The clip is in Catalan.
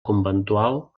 conventual